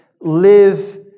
live